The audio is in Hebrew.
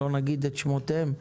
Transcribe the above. לא נגיד את שמותיהם,